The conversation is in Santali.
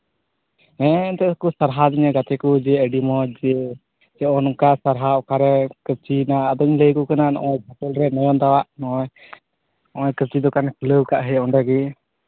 ᱦᱮᱸ ᱮᱱᱛᱮᱠᱚ ᱥᱟᱨᱦᱟᱣ ᱫᱤᱧᱟ ᱜᱟᱛᱮ ᱠᱚ ᱡᱮ ᱟᱹᱰᱤ ᱢᱚᱡᱽ ᱡᱮ ᱚᱱᱠᱟ ᱥᱟᱨᱦᱟᱣ ᱚᱠᱟᱨᱮ ᱠᱟᱹᱢᱪᱤ ᱮᱱᱟ ᱟᱫᱚᱧ ᱞᱟᱹᱭ ᱟᱠᱚ ᱠᱟᱱᱟ ᱱᱚᱜᱼᱚᱭ ᱵᱷᱟᱴᱳᱞ ᱨᱮ ᱱᱚᱭᱚᱱ ᱫᱟ ᱟᱜ ᱱᱚᱜᱼᱚᱭ ᱱᱚᱜᱼᱚᱭ ᱠᱟᱹᱢᱪᱤ ᱫᱚᱠᱟᱱᱮ ᱠᱷᱩᱞᱟᱹᱣ ᱠᱟᱜ ᱚᱸᱰᱮ ᱜᱮ